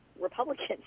Republicans